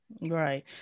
Right